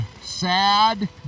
sad